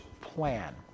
plan